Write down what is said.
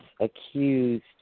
accused